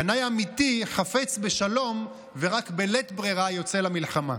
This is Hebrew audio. קנאי אמיתי חפץ בשלום ורק בלית ברירה יוצא למלחמה.